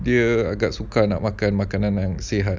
ia agak susah nak makan makanan yang sihat